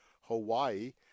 Hawaii